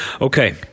Okay